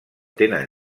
tenen